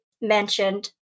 mentioned